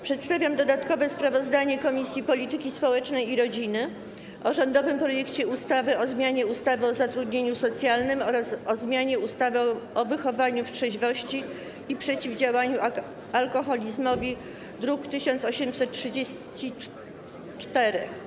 Przedstawiam dodatkowe sprawozdanie Komisji Polityki Społecznej i Rodziny o rządowym projekcie ustawy o zmianie ustawy o zatrudnieniu socjalnym oraz o zmianie ustawy o wychowaniu w trzeźwości i przeciwdziałaniu alkoholizmowi, druk nr 1834.